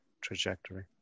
trajectory